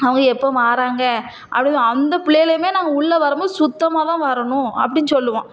அவங்க எப்போது வராங்க அப்படின்னு அந்த பிள்ளையலுமே நாங்கள் உள்ளே வரும்போது சுத்தமாக தான் வரணும் அப்படின்னு சொல்லுவோம்